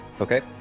okay